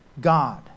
God